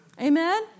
Amen